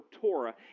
Torah